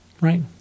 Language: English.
Right